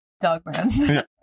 Dogman